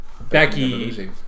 Becky